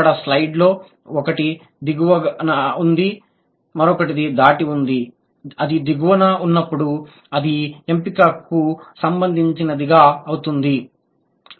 ఇక్కడ స్లైడ్ లో ఒకటి దిగువన ఉంది మరొకటి దాటి ఉంది అది దిగువన ఉన్నప్పుడు అది ఎంపికకు సంబంధించినదిగా అవుతుంది